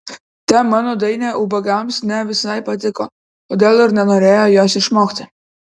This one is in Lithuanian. ta mano dainė ubagams ne visai tepatiko todėl ir nenorėjo jos išmokti